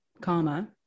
karma